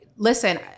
Listen